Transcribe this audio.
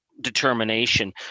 determination